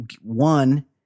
one